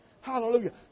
Hallelujah